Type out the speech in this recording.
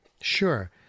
Sure